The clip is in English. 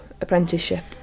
apprenticeship